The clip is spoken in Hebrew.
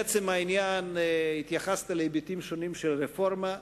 לעצם העניין, התייחסתי להיבטים שונים של רפורמה.